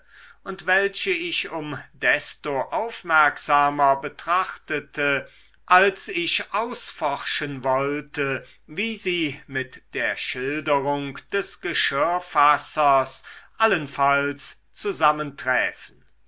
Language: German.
und welche ich um desto aufmerksamer betrachtete als ich ausforschen wollte wie sie mit der schilderung des geschirrfassers allenfalls